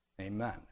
Amen